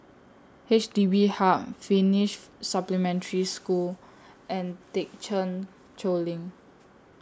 H D B Hub Finnish Supplementary School and Thekchen Choling